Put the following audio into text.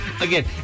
Again